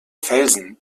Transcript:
felsen